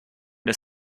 des